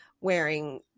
Wearing